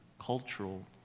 cultural